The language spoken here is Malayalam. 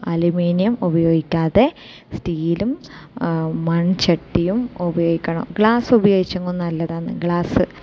അലുമിനിയം ഉപയോഗിക്കാതെ സ്റ്റീലും മൺചട്ടിയും ഉപയോഗിക്കണം ഗ്ലാസ് ഉപയോഗിക്കുന്നത് നല്ലതാണ് ഗ്ലാസ്